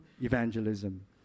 evangelism